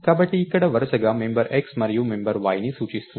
కాబట్టి ఇక్కడ వరుసగా మెంబర్ x మరియు మెంబర్ yని సూచిస్తుంది